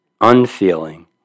unfeeling